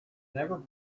never